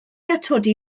atodi